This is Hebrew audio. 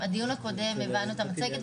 יתקשר רק עם נותן הכשר בחו"ל,